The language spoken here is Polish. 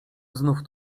znów